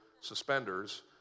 suspenders